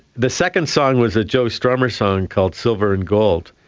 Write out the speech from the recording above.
the second song was a joe strummer song called silver and gold,